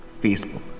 Facebook